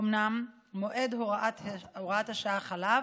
אומנם מועד הוראת השעה חלף,